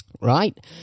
right